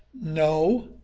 No